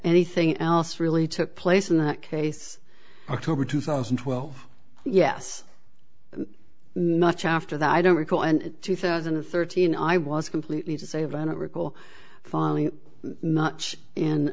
anything else really took place in that case october two thousand and twelve yes much after that i don't recall and two thousand and thirteen i was completely to save i don't recall filing not in